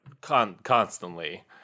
constantly